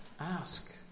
ask